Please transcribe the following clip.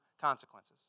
consequences